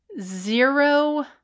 zero